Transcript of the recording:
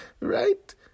Right